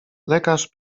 lekarz